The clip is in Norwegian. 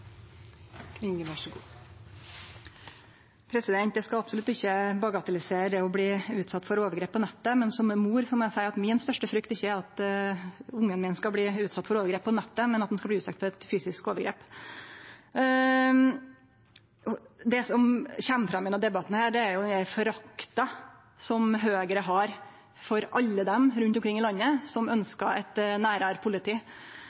Eg skal absolutt ikkje bagatellisere det å bli utsett for overgrep på nettet, men som mor må eg seie at mi største frykt ikkje er at ungen min skal bli utsett for overgrep på nettet, men for eit fysisk overgrep. Det som kjem fram i denne debatten, er forakta som Høgre har for alle dei rundt omkring i landet som ønskjer eit nærare politi.